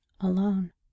alone